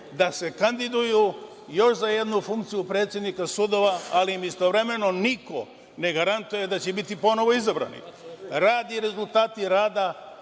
da se kandiduju još za jednu funkciju predsednika sudova, ali im istovremeno niko ne garantuje da će biti ponovo izabrani. Rad i rezultati rada